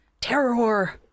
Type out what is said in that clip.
terror